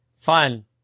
fun